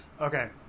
Okay